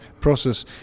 process